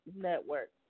network